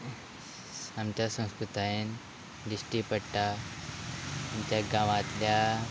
आमच्या संस्कृतायेन दिश्टी पडटा आमच्या गांवांतल्या